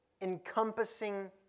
encompassing